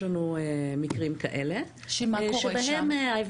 שמה שקורה שם?